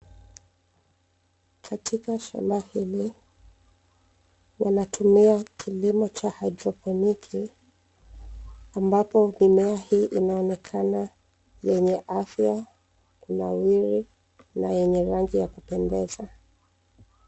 Katika shamba hili, wanatumia kilimo cha haidroponiki, ambapo mimea hii inaonekana yenye afya, kunawiri, na yenye rangi ya kupendeza.